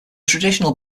traditional